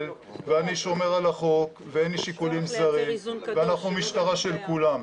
ואני שומר על החוק ואין לי שיקולים זרים ואנחנו משטרה של כולם.